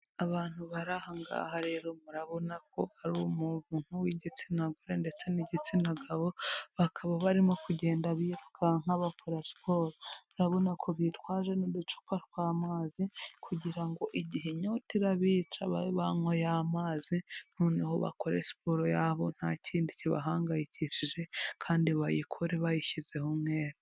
Abantu bari aha ngaha rero murabona ko, ari umuntu w'igitsina gore ndetse n'igitsina gabo, bakaba barimo kugenda birukanka bakora siporo, urabona ko bitwaje n'uducupa tw'amazi kugira ngo igihe inyota irabica babe banywa ya mazi noneho bakore siporo yabo, nta kindi kibahangayikishije kandi bayikore bayishyizeho umwete.